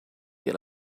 get